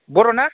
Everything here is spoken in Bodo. बर' ना